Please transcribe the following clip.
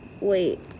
Wait